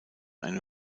eine